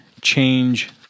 change